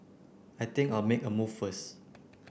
I think I'll make a move first